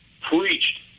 preached